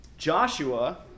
Joshua